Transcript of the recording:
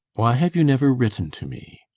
why have you never written to me?